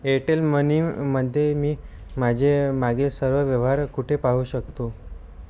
Airtel money म मध्ये मी माझे मागील सर्व व्यवहार कुठे पाहू शकतो